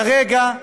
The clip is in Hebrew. כרגע,